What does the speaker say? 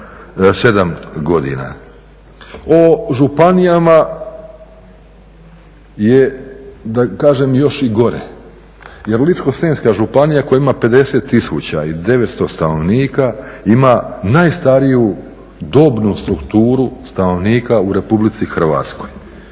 O županijama, da kažem još i gore. Jer Ličko-senjska županija koja ima 50 tisuća i 900 stanovnika ima najstariju dobnu strukturu stanovnika u Republici Hrvatskoj